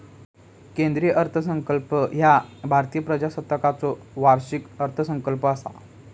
केंद्रीय अर्थसंकल्प ह्या भारतीय प्रजासत्ताकाचो वार्षिक अर्थसंकल्प असा